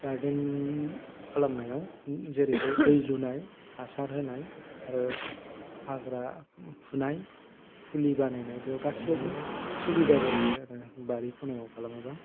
garden खालामनायाव जेरैहाय दै लुनाय हासार होनाय आरो हाग्रा फुनाय फुलि बानायनाय बेयाव गासैआवबो सुबिदा जायो आरो बारि खनायाव खालामोबा